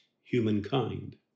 humankind